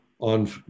on